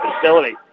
facility